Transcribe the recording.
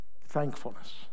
thankfulness